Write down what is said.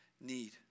need